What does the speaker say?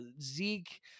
Zeke